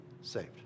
saved